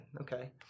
okay